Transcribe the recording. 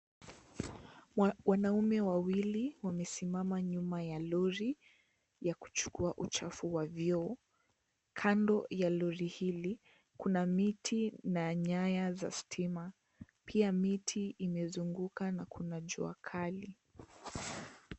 Wanaume wawili wamesimama nyuma ya lori ya kuchukua uchafu wa vyoo. kando ya lori hili kuna miti na nyaya za stima pia miti ,imezunguka na kuna jua kali.